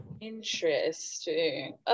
Interesting